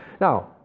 Now